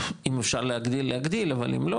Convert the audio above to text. אם אפשר להגדיל להגדיל אבל אם לא,